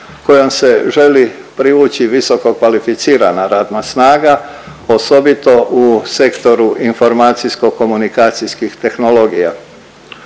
kojom se želi privući visoko kvalificirana radna snaga osobito u sektoru informacijsko komunikacijskih tehnologija.